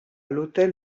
l’hôtel